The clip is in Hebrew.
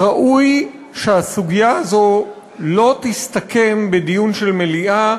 ראוי שהסוגיה הזאת לא תסתכם בדיון של מליאה,